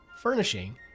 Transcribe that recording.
furnishing